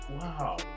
wow